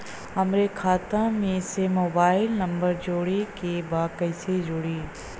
हमारे खाता मे मोबाइल नम्बर जोड़े के बा कैसे जुड़ी?